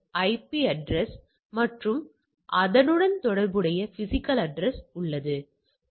குறைபாடுகள் மற்றும் உபகரணங்களுக்கு இடையே உறவு உள்ளதா